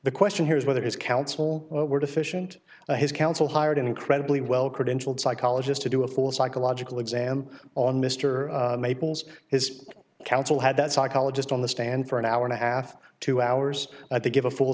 the question here is whether his counsel were deficient his counsel hired an incredibly well credentialed psychologist to do a full psychological exam on mr maples his counsel had that psychologist on the stand for an hour and a half two hours and to give a full